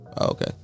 Okay